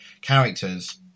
characters